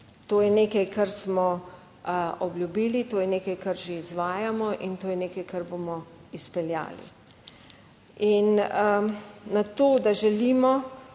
to je nekaj, kar smo obljubili, to je nekaj, kar že izvajamo in to je nekaj, kar bomo izpeljali. In na to, da želimo